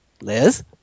Liz